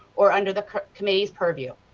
or under the committee's purview.